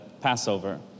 Passover